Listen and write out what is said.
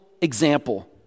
example